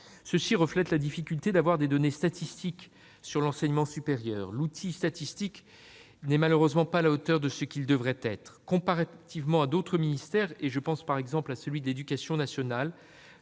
reflète la difficulté à disposer de données statistiques sur l'enseignement supérieur. De fait, l'outil statistique n'est malheureusement pas la hauteur de ce qu'il devrait être. Comparativement à d'autres ministères, par exemple celui de l'éducation nationale,